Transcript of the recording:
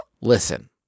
Listen